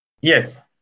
Yes